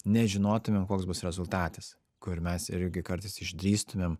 nežinotumėm koks bus rezultatas kur mes irgi kartais išdrįstumėm